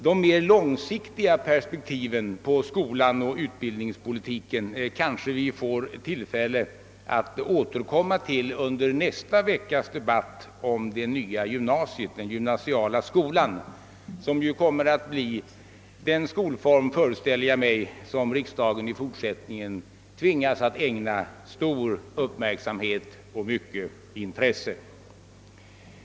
De mer långsiktiga perspektiven på skolan och utbildningspolitiken kanske vi får tillfälle att återkomma till under nästa veckas debatt om den gymnasiala skolan, som ju, föreställer jag mig, kommer att bli den skolform som riksdagen i fortsättningen tvingas att ägna stor uppmärksamhet och mycket intresse.